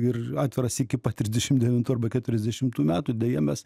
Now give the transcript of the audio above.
ir atviras iki pat trisdešim devintų arba keturiasdešimtų metų deja mes